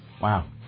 Wow